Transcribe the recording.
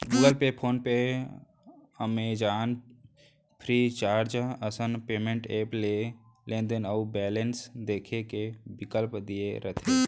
Google pay, PhonePe, Amazon, free charge असन payment app ले लेनदेन अउ बेलेंस देखे के बिकल्प दिये रथे